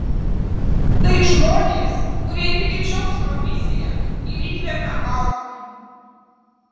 tai žmonės kurie tiki džiaugsmo misija ir įkvepia augti